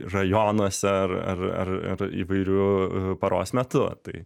rajonuose ar ar ar ar įvairiu paros metu tai